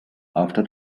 after